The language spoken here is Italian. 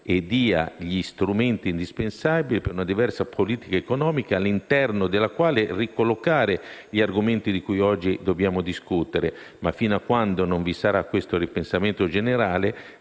si dia gli strumenti indispensabili per una diversa politica economica, all'interno della quale ricollocare gli argomenti di cui, oggi, dobbiamo discutere. Ma fino a quando non vi sarà questo ripensamento generale,